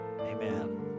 Amen